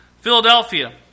Philadelphia